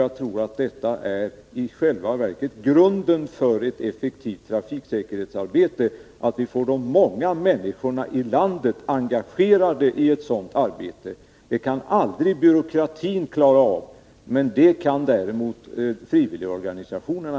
Jag tror att själva grunden för ett effektivt trafiksäkerhetsarbete är att få de många människorna i landet engagerade i det. Det kan aldrig byråkratin klara av men väl frivilligorganisationerna.